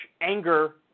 anger